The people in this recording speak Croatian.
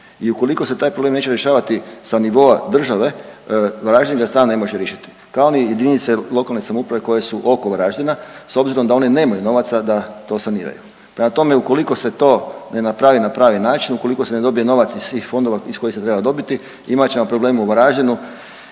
i ukoliko se taj problem neće rješavati sa nivoa države varaždinska strana ga ne može riješiti, kao ni JLS koje su oko Varaždina s obzirom da one nemaju novaca da to saniraju. Prema tome ukoliko se to ne napravi na pravi način, ukoliko se ne dobije novac iz svih fondova iz kojih se treba dobiti imat ćemo probleme u Varaždinu